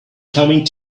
coming